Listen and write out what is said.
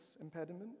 impediment